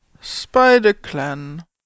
Spider-Clan